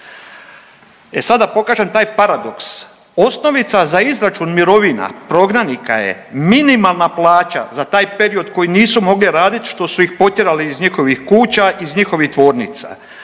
E sad da pokažem taj paradoks. Osnovica za izračun mirovina prognanika je minimalna plaća za taj period koji nisu mogli raditi što su ih potjerali iz njihovih kuća, iz njihovih tvornica,